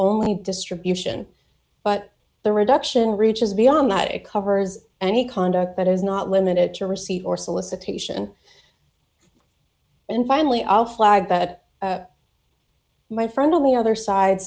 only distribution but the reduction reaches beyond that it covers any conduct that is not limited to receipt or solicitation and finally i'll flag that my friend on the other side